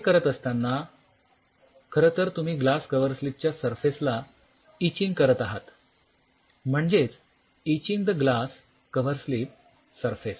हे करत असतांना खरं तर तुम्ही ग्लास कव्हरस्लिपच्या सरफेसला इचिंग करत आहात म्हणजेच etching the glass coverslip surface